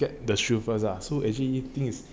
get the shoe first lah so actually this is